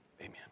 Amen